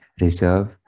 reserve